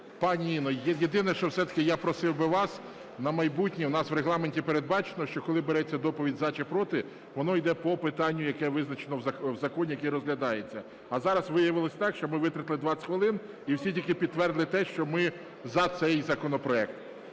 Пані Інно, єдине, що все-таки я просив би вас на майбутнє: у нас в Регламенті передбачено, що коли береться доповідь "за" чи "проти", воно йде по питанню, яке визначено в законі, який розглядається. А зараз виявилось так, що ми витратили 20 хвилин - і всі тільки підтвердили те, що ми за цей законопроект.